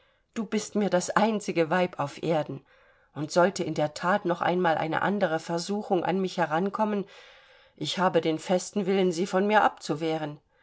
du bist mir das einzige weib auf erden und sollte in der that noch einmal eine andere versuchung an mich herankommen ich habe den festen willen sie von mir abzuwehren